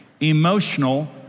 emotional